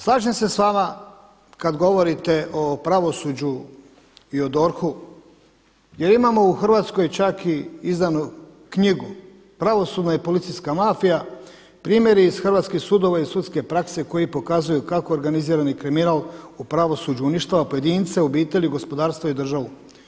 Slažem se s vama kada govorite o pravosuđu i o DORH-u jer imamo u Hrvatskoj čak i izdanu knjigu „Pravosudna i policijska mafija“ primjeri iz hrvatskih sudova i sudske prakse koji pokazuju kako organizirani kriminal u pravosuđu uništava pojedince, obitelji, gospodarstvo i državi.